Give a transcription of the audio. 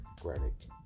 granite